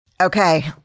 Okay